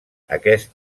aquest